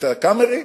את "הקאמרי"?